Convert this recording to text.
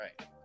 right